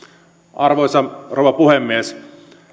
arvoisa rouva puhemies